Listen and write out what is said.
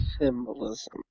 Symbolism